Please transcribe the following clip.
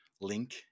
link